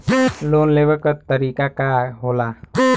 Loan लेवे क तरीकाका होला?